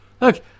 Look